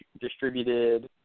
distributed